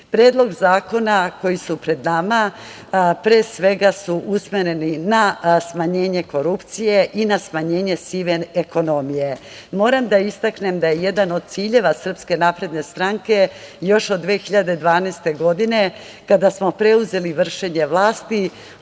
zakona koji su pred nama pre svega su usmereni na smanjenje korupcije i na smanjenje sive ekonomije. Moram da istaknem da je jedan od ciljeva SNS, još od 2012. godine kada smo preuzeli vršenje vlasti,